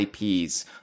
IPs